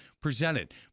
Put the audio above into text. presented